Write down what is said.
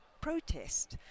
protest